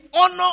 honor